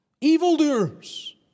evildoers